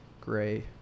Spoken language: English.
gray